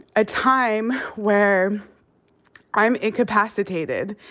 a time where i'm incapacitated,